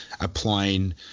applying